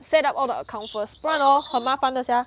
set up all the account first 不然 hor 很麻烦的 sia